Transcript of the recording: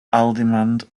haldimand